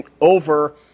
over